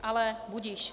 Ale budiž.